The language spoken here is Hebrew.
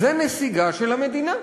זה נסיגה של המדינה.